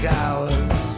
hours